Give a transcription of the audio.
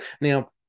now